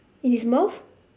in his mouth